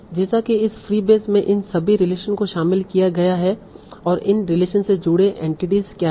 जैसे कि इस फ्रीबेस में इन सभी रिलेशन को शामिल किया गया है और इन रिलेशन से जुड़ी एंटिटीस क्या हैं